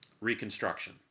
Reconstruction